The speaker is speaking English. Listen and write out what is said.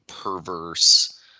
perverse